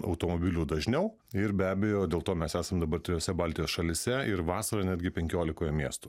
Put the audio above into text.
automobilių dažniau ir be abejo dėl to mes esam dabar trijose baltijos šalyse ir vasarą netgi penkiolikoje miestų